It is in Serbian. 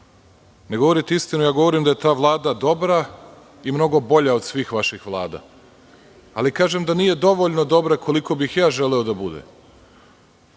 Ne govorite istinu. Ja govorim da je ta Vlada dobra i mnogo bolja od svih vaših Vlada, ali kažem da nije dovoljno dobra koliko bih ja želeo da